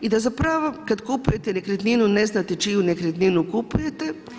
I da zapravo kada kupujete nekretninu ne znate čiju nekretninu kupujete.